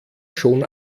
schon